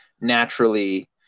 naturally